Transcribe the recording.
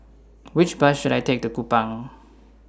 Which Bus should I Take to Kupang